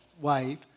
wife